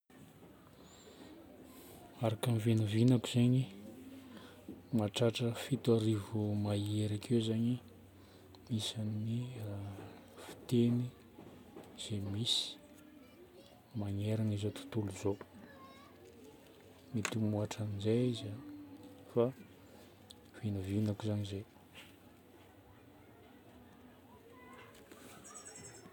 Araka ny vinavinako zegny, mahatratra fito arivo mahery akeo zagny isan'ny fiteny zay misy manerana izao tontolo izao. Mety ho mihoatran'izay izy an, fa vinavinako zagny zay.